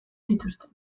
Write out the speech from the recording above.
zituzten